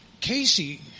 Casey